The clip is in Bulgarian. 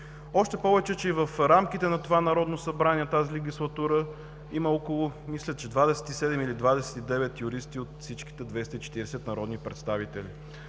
още повече, че и в рамките на това Народно събрание, на тази легислатура, мисля, че има около 27 или 29 юристи от всички 240 народни представители.